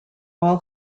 all